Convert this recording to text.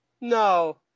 No